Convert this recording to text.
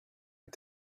had